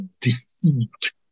deceived